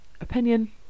opinion